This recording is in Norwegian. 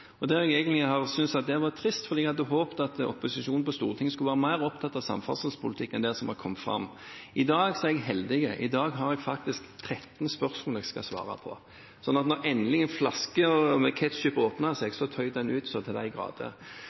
og der jeg egentlig har syntes at det var trist, fordi jeg hadde håpet at opposisjonen på Stortinget skulle være mer opptatt av samferdselspolitikk enn det som har kommet fram. I dag er jeg heldig. I dag er det faktisk 13 spørsmål jeg skal svare på – da flasken med ketchup endelig åpnet seg, tøt det ut så til de grader.